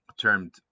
termed